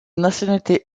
nationalité